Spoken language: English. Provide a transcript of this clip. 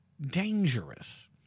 dangerous